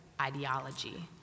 ideology